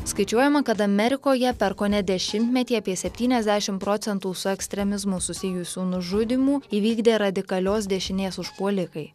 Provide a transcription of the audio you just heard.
skaičiuojama kad amerikoje per kone dešimtmetį apie septyniasdešimt procentų su ekstremizmu susijusių nužudymų įvykdė radikalios dešinės užpuolikai